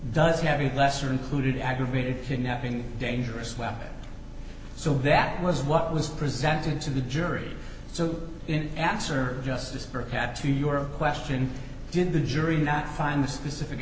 does have a lesser included aggravated kidnapping dangerous weapon so that was what was presented to the jury so in answer justice perhaps to your question did the jury not find the specific